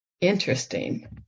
Interesting